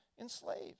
enslaved